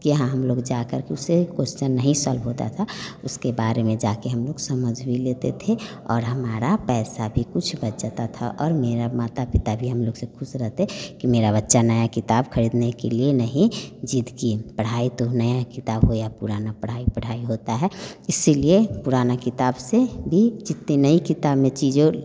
कि हाँ हम लोग जाकर उससे क्वेश्चन नहीं सोल्व होता था उसके बारे माने जाकर हम लोग समझ भी लेते थे और हमारा पैसा भी कुछ बचता था और मेरे माता पिता भी हम लोग से ख़ुश रहते कि मेरा बच्चा नया किताब ख़रीदने के लिए नहीं ज़िद्द की पढ़ाई तो नया किताब हो पुरानी पढ़ाई पढ़ाई होती है इसीलिए पुरानी किताब से भी जितनी नई किताब में चीज़ें